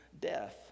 death